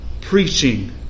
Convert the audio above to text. preaching